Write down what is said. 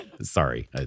Sorry